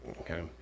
Okay